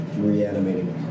reanimating